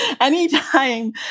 Anytime